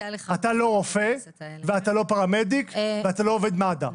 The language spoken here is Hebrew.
אתה לא רופא, אתה לא פרמדיק ואתה לא עובד מד"א.